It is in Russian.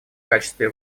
качестве